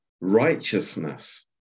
righteousness